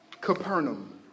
Capernaum